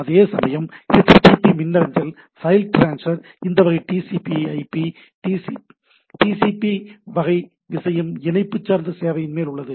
அதேசமயம் HTTP மின்னஞ்சல் file transfer இந்த வகை TCP IP TCP வகை விஷயம் இணைப்பு சார்ந்த சேவையின் மேல் உள்ளது